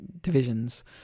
divisions